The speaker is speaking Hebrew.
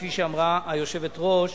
כפי שאמרה היושבת-ראש,